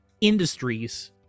industries